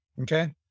okay